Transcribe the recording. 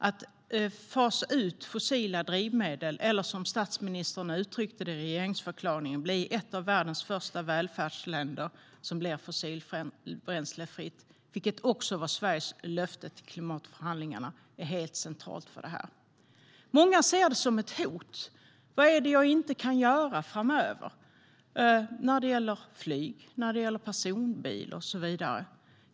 Vi ska fasa ut fossila drivmedel eller, som statsministern uttryckte det i regeringsförklaringen, bli ett av världens första välfärdsländer som blir fossilbränslefritt. Det var också Sveriges löfte i klimatförhandlingarna. Det är helt centralt. Många ser det som ett hot: Vad är det jag inte kan göra framöver när det gäller flyg, personbil och så vidare?